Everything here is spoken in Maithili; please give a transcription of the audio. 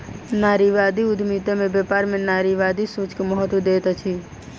नारीवादी उद्यमिता में व्यापार में नारीवादी सोच के महत्त्व दैत अछि